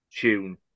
tune